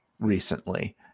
recently